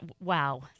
wow